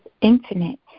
infinite